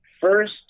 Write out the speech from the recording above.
First